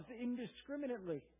indiscriminately